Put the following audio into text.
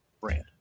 brand